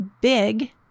big